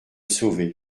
sauver